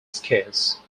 scarce